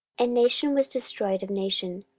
and nation was destroyed of nation,